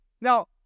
Now